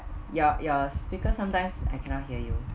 your your speaker sometimes I cannot hear you